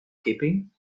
keeping